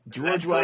George